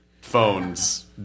phones